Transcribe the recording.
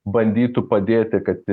bandytų padėti kad